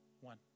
One